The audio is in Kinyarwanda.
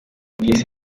bw’isi